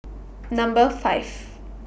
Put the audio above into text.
Number five